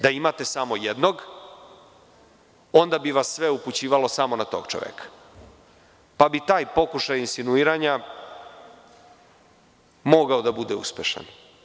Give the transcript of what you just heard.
Da imate samo jednog, onda bi vas sve upućivalo samo na tog čoveka, pa bi taj pokušaj insinuiranja mogao da bude uspešan.